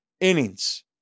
innings